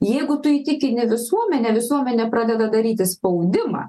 jeigu tu įtikini visuomenę visuomenė pradeda daryti spaudimą